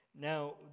Now